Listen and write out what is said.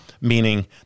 meaning